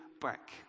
back